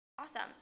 Awesome